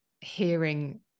hearing